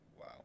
Wow